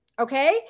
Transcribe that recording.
Okay